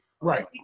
Right